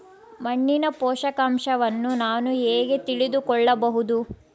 ಮಣ್ಣಿನ ಪೋಷಕಾಂಶವನ್ನು ನಾನು ಹೇಗೆ ತಿಳಿದುಕೊಳ್ಳಬಹುದು?